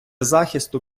захисту